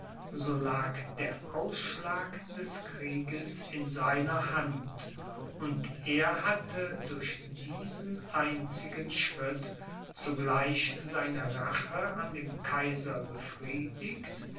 so lag der ausschlag des krieges in seiner hand und er hatte durch diesen einzigen schritt zugleich seine rache an dem kaiser befriedigt